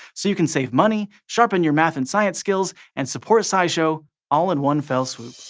so you can save money, sharpen your math and science skills, and support scishow all in one fell swoop.